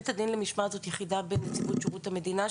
בית הדין למשמעת זאת יחידה בנציבות שירות המדינה,